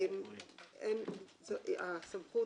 הסמכות,